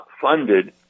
funded